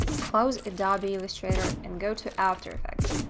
close adobe illustrator and go to after effects.